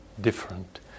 different